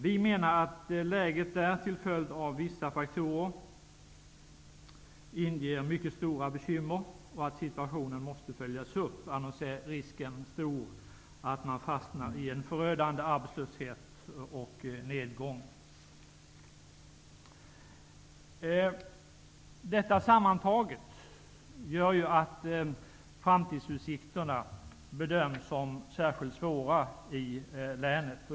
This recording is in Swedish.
Vi menar att läget där till följd av vissa faktorer inger mycket stora bekymmer och att situationen måste följas upp, för annars är risken stor att man fastnar i en förödande arbetslöshet och nedgång. Sammantaget gör detta att framtidsutsikterna bedöms vara särskilt dåliga i hela länet.